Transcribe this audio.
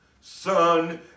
son